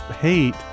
hate